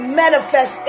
manifest